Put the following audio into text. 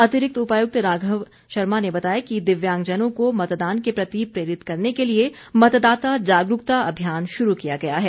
अतिरिक्त उपायुक्त राघव शर्मा ने बताया है कि दिव्यांगजनों को मतदान के प्रति प्रेरित करने के लिए मतदाता जागरूकता अभियान शुरू किया गया है